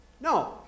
No